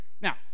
Now